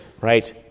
right